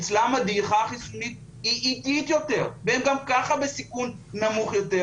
אצלם הדעיכה החיסונית היא איטית יותר והם גם ככה בסיכון נמוך יותר,